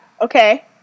Okay